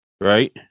Right